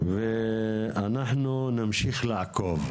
ואנחנו נמשיך לעקוב,